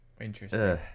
interesting